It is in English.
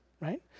right